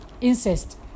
incest